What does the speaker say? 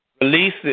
Release